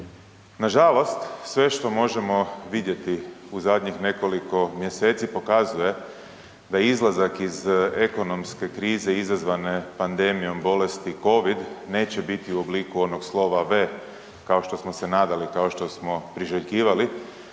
Nažalost sve što možemo vidjeti u zadnjih nekoliko mjeseci pokazuje da izlazak iz ekonomske krize izazvane pandemijom bolesti Covid neće biti u obliku onog slova V kao što smo se nadali, kao što smo priželjkivali,